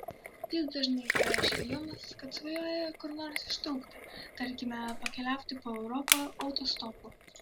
jis dažnai pareiškia jums kad svajoja kur nors ištrūkti tarkime pakeliauti po europą autostopu